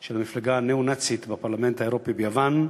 של המפלגה הניאו-נאצית בבחירות לפרלמנט האירופי ביוון,